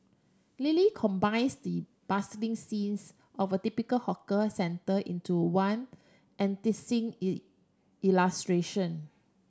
Lily combines the bustling scenes of a typical hawker centre into one enticing illustration